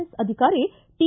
S ಅಧಿಕಾರಿ T